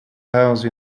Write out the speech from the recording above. house